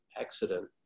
accident